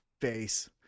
face